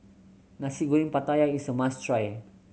Nasi Goreng Pattaya is a must try